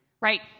Right